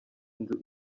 inzu